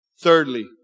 Thirdly